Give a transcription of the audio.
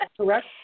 correct